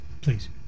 Please